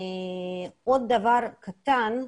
עוד דבר קטן,